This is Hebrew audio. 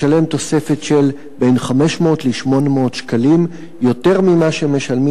לשלם תוספת של 500 800 ש"ח על הסכום שמשלמים